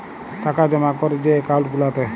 টাকা জমা ক্যরে যে একাউল্ট গুলাতে